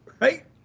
right